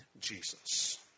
Jesus